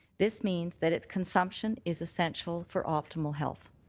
this means that its consumption is essential for optimal health.